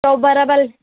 ತೌಬರ ಬಲ್